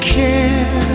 care